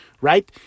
right